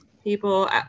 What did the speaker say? People